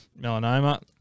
Melanoma